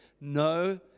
no